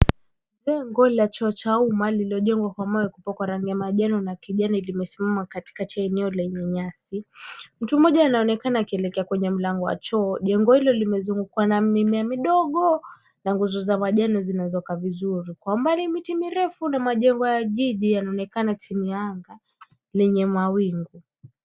Jengo la choo cha umma lililojengwa kwa mawe, kupakwa rangi ya manjano na kijani, limesimama katikati ya eneo lenye nyasi. Mtu mmoja anaonekana akielekea kwenye mlango wa choo. Jengo hilo limezungukwa na mimea midogo na nguzo za manjano zinazokaa vizuri. Kwa umbali, miti mirefu na majengo ya jiji, yanaonekana chini ya anga, lenye mawingu.